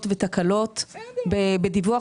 לדרום או למרכז,